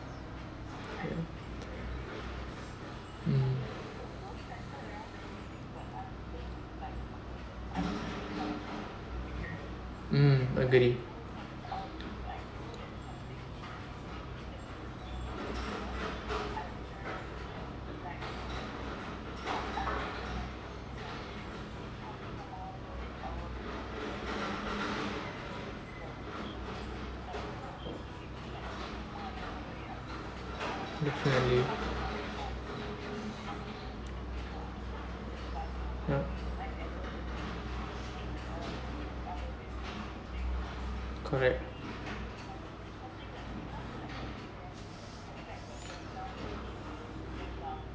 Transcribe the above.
mm mm agree definitely ya correct